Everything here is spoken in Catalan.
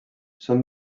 són